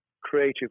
creative